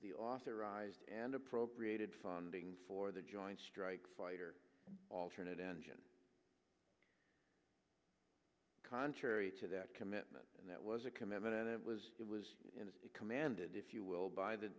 the author and appropriated funding for the joint strike fighter alternate engine contrary to that commitment and that was a commitment and it was it was commanded if you will by the